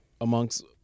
amongst